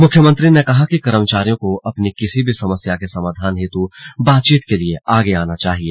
मुख्यमंत्री ने कहा कि कर्मचारियों को अपनी किसी भी समस्या के समाधान के लिये बातचीत के लिये आगे आना चाहिए